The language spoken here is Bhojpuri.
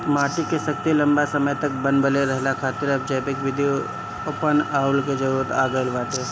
माटी के शक्ति लंबा समय तक बनवले रहला खातिर अब जैविक विधि अपनऊला के जरुरत आ गईल बाटे